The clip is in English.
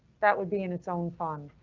that would be in its own fund,